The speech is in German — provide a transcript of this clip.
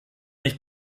nicht